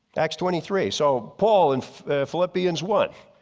acts twenty three. so paul in philippians one,